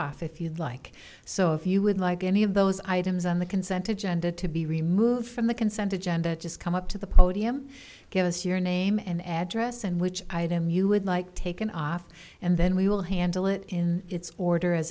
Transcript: off if you'd like so if you would like any of those items on the consented gender to be removed from the consent agenda just come up to the podium give us your name and address and which item you would like taken off and then we will handle it in its order as